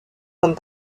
comme